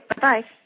Bye-bye